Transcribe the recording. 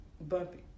bumpy